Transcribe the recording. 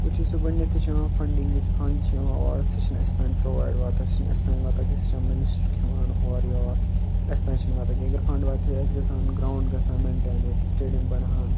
وٕچھِو سا گۄڈنٮ۪تھٕے چھِ یِوان فَنٛڈِنٛگ یُس فَنٛڈ چھِ یِوان اورٕ سُہ چھِنہٕ اَسہِ تام پرٛووایڈ واتان سُہ چھِنہٕ اَسہِ تام واتان کینٛہہ سُہ چھِ مِنِسٹَر کھٮ۪وان ہورٕ یور تہٕ اَسہِ تام چھِنہٕ واتان کینٛہہ اگر فَنٛڈ واتہِ ہے اَسہِ گژھٕ ہن گرٛاوُنٛڈ گژھان مینٹین ییٚتہِ سٹیڈیَم بَنہٕ ہن